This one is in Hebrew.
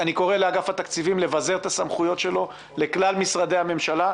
אני קורא לאגף התקציבים לבזר את הסמכויות שלו לכלל משרדי הממשלה,